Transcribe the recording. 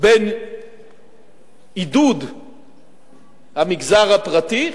בין עידוד המגזר הפרטי,